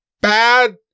bad